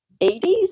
80s